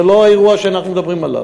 זה לא האירוע שאנחנו מדברים עליו.